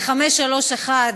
ל-531,